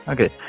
Okay